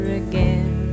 again